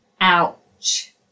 Ouch